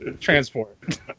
transport